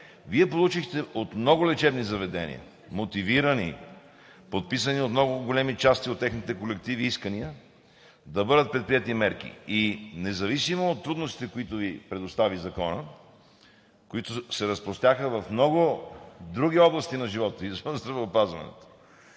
Вие получихте от много лечебни заведения мотивирани, подписани от много големи части от техните колективи, искания да бъдат предприети мерки. Независимо от трудностите, които Ви предостави Законът, които се разпростряха в много други области на живота, извън здравеопазването,